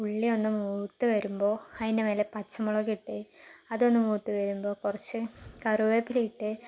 ഉള്ളി ഒന്ന് മൂത്ത് വരുമ്പോൾ അതിന്റെ മേലെ പച്ചമുളകിട്ട് അതൊന്ന് മൂത്ത് വരുമ്പോൾ കുറച്ച് കറിവേപ്പിലയിട്ട്